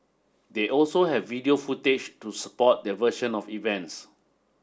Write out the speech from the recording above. they also have video footage to support their version of events